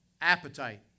Appetite